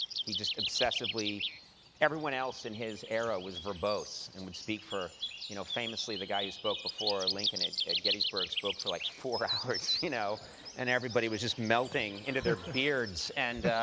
he just obsessively everyone else in his era was verbose, and would speak for you know famously, the guy who spoke before lincoln at at gettysburg spoke for like four hours, you know and everybody was just melting into their beards. and